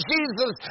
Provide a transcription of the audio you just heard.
Jesus